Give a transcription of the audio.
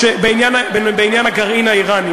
בעניין הגרעין האיראני.